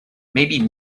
maybe